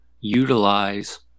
utilize